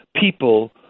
people